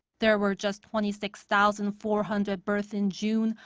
there were just twenty six thousand four hundred births in june,